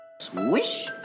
Swish